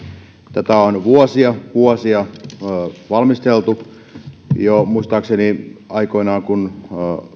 tätä on vuosia vuosia valmisteltu muistaakseni jo silloin kun